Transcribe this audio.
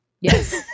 Yes